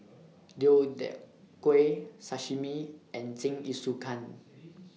Deodeok Gui Sashimi and Jingisukan